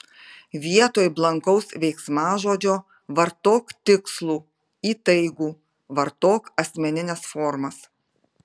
vietoj blankaus veiksmažodžio vartok tikslų įtaigų vartok asmenines formas